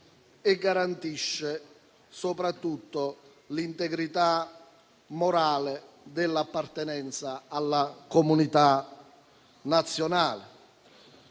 libertà e soprattutto l'integrità morale dell'appartenenza alla comunità nazionale.